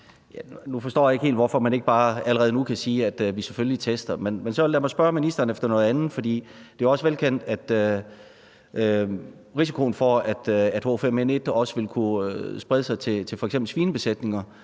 Jeg forstår ikke helt, hvorfor man ikke bare allerede nu kan sige, at man selvfølgelig tester. Men lad mig så spørge ministeren om noget andet, for det er jo også velkendt, at risikoen for, at H5N1 vil kunne sprede sig til f.eks. svinebesætninger,